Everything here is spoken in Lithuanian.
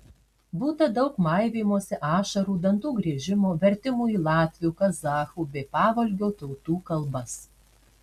būta daug maivymosi ašarų dantų griežimo vertimų į latvių kazachų bei pavolgio tautų kalbas